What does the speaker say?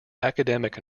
academic